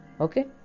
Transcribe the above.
okay